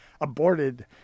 aborted